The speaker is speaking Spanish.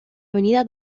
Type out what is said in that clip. avenida